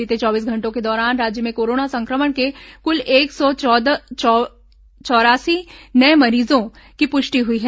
बीते चौबीस घंटों के दौरान राज्य में कोरोना संक्रमण के कुल एक सौ चौरासी नये मरीजों की पुष्टि हुई है